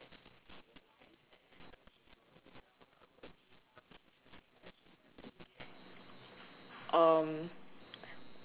um